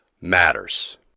matters